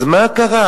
אז מה קרה?